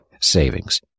savings